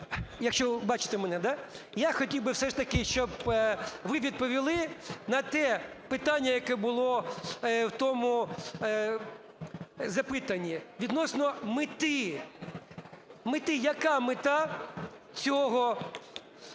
якщо ви бачите мене. Я хотів би все ж таки, щоб ви відповіли на те питання, яке було в тому запитанні. Відносно мети. Яка мета цього